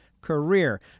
career